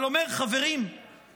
אבל אומר: חברים,